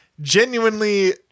genuinely